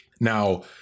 Now